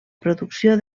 producció